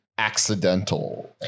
accidental